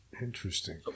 interesting